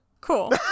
cool